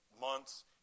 months